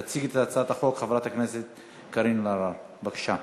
תציג את הצעת החוק חברת הכנסת קארין אלהרר, בבקשה.